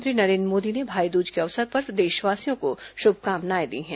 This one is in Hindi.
प्रधानमंत्री नरेन् द्र मोदी ने भाईदूज के अवसर पर देशवासियों को शुभकामनाएं दी हैं